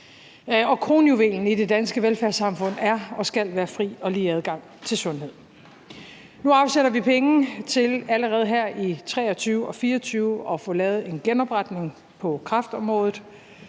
Og kronjuvelen i det danske velfærdssamfund er og skal være fri og lige adgang til sundhed. Nu afsætter vi penge til allerede her i 2023 og 2024 at få lavet en genopretning på kræftområdet.